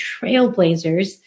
trailblazers